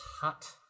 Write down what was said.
hot